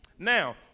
Now